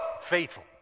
faithful